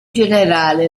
generale